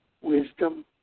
wisdom